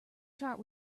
chart